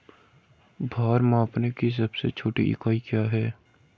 भार मापने की सबसे छोटी इकाई क्या है?